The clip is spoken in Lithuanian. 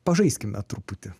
pažaiskime truputį